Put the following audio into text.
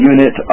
Unit